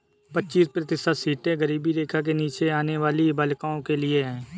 पच्चीस प्रतिशत सीटें गरीबी रेखा के नीचे आने वाली बालिकाओं के लिए है